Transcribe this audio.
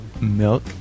milk